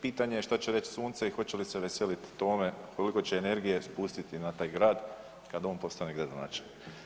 Pitanje je šta će reć sunce i hoće li se veselit tome, koliko će energije spustiti na taj grad kad on postane gradonačelnik.